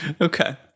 Okay